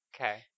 Okay